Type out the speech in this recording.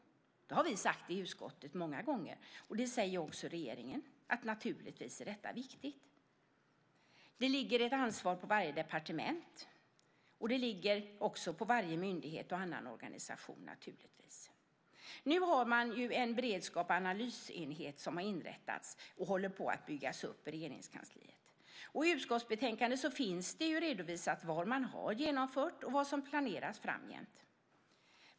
Det har vi sagt många gånger i utskottet, och även regeringen säger att det naturligtvis är viktigt. Det ligger ett ansvar på varje departement, liksom givetvis på varje myndighet och annan organisation. Det har inrättats en beredskaps och analysenhet i Regeringskansliet. Den håller på att byggas upp. I utskottsbetänkandet finns redovisat vad som har genomförts och vad som planeras framgent.